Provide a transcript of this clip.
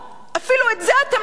אפילו את זה אתם לא עושים.